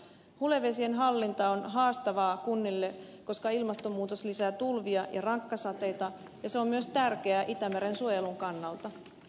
hulevesien hallinta on haastavaa kunnille koska ilmastonmuutos lisää tulvia ja rankkasateita ja se on myös tärkeää itämeren suojelun kannalta